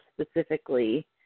specifically